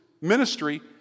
ministry